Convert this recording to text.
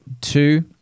Two